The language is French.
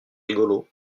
rigolo